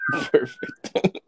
Perfect